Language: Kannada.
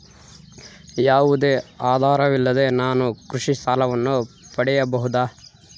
ಯಾವುದೇ ಆಧಾರವಿಲ್ಲದೆ ನಾನು ಕೃಷಿ ಸಾಲವನ್ನು ಪಡೆಯಬಹುದಾ?